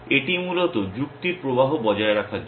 এটি মূলত যুক্তির প্রবাহ বজায় রাখার জন্য